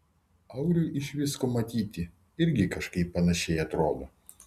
auriui iš visko matyti irgi kažkaip panašiai atrodo